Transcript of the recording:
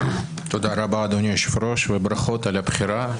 תודה רבה, אדוני היושב-ראש, וברכות על הבחירה.